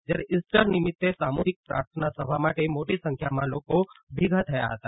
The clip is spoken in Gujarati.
જ્યારે ઇસ્ટર નિમિત્તે સામૂહિક પ્રાર્થના સભા માટે મોટી સંખ્યામાં લોકો ભેગા થયા હતા